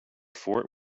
fort